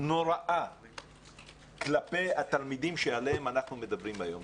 נוראה כלפי התלמידים שעליהם אנחנו מדברים היום,